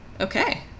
Okay